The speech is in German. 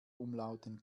umlauten